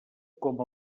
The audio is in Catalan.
com